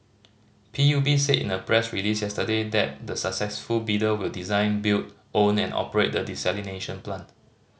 P U B said in a press release yesterday that the successful bidder will design build own and operate the desalination plant